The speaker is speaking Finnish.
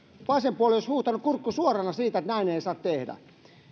vasen puoli olisi huutanut kurkku suorana siitä että näin ei saa tehdä